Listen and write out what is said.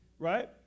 right